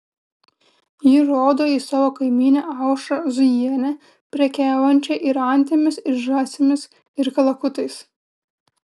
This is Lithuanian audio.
ji rodo į savo kaimynę aušrą zujienę prekiaujančią ir antimis ir žąsimis ir kalakutais